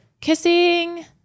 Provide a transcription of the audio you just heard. kissing